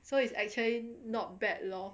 so it's actually not bad lor